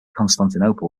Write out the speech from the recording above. constantinople